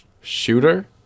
Shooter